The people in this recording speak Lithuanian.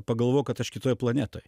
pagalvojau kad aš kitoje planetoj